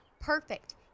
perfect